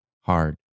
hard